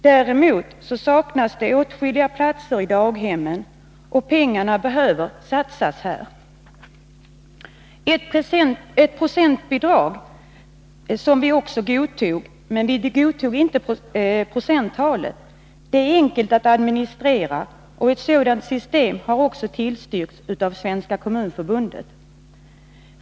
Däremot saknas det åtskilliga platser i daghemmen, och pengarna behöver satsas där. Ett procentbidrag — vilket vi också godtog, fastän vi inte godtog procenttalet — är enkelt att administrera, och ett sådant system har också tillstyrkts av Svenska kommunförbundet.